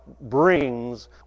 brings